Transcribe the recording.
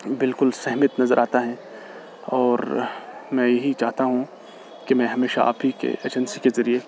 بالکل سہمت نظر آتا ہے اور میں یہی چاہتا ہوں کہ میں ہمشہ آپ ہی کے ایجینسی کے ذریعے